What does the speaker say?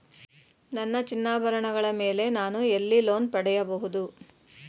ನನ್ನ ಚಿನ್ನಾಭರಣಗಳ ಮೇಲೆ ನಾನು ಎಲ್ಲಿ ಲೋನ್ ಪಡೆಯಬಹುದು?